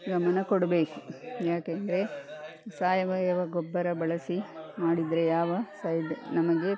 ಗಮನ ಕೊಡಬೇಕು ಯಾಕೆಂದರೆ ಸಾವಯವ ಗೊಬ್ಬರ ಬಳಸಿ ಮಾಡಿದರೆ ಯಾವ ಸೈಡ್ ನಮಗೆ